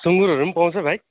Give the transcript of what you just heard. सुँगुरहरू पनि पाउँछ भाइ